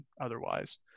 otherwise